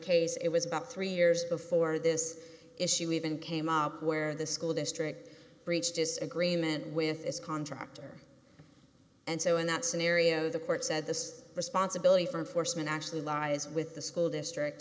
case it was about three years before this issue even came up where the school district breached disagreement with its contractor and so in that scenario the court said the responsibility for foresman actually lies with the school district